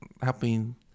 helping